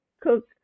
cook